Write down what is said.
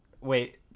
wait